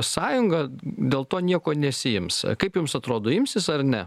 sąjunga dėl to nieko nesiims kaip jums atrodo imsis ar ne